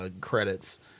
credits